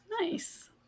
Nice